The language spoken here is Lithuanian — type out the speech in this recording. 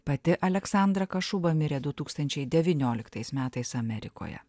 pati aleksandra kašuba mirė du tūkstančiai devynioliktas metais amerikoje